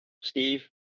Steve